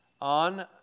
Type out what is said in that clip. on